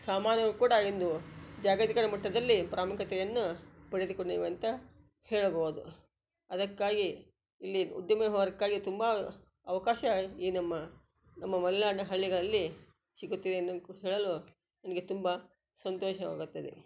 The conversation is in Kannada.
ಸಾಮಾನು ಕೂಡ ಇಂದು ಜಾಗತಿಕ ಮಟ್ಟದಲ್ಲಿ ಪ್ರಾಮುಖ್ಯತೆಯನ್ನು ಪಡೆದುಕೊಂಡಿವೆ ಅಂತ ಹೇಳಬಹುದು ಅದಕ್ಕಾಗಿ ಇಲ್ಲಿ ಉದ್ಯಮ ವ್ಯವಹಾರಕ್ಕಾಗಿ ತುಂಬ ಅವಕಾಶ ಈ ನಮ್ಮ ನಮ್ಮ ಮಲೆನಾಡ್ನ ಹಳ್ಳಿಗಳಲ್ಲಿ ಸಿಗುತ್ತಿವೆ ಎನ್ನೋಕ್ಕು ಹೇಳಲು ನನಗೆ ತುಂಬ ಸಂತೋಷವಾಗುತ್ತದೆ